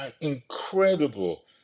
incredible